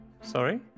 Sorry